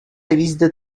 visited